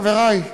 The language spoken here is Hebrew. חברי,